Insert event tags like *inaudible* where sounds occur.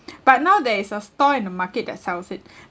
but now there is a store in the market that sells it *breath*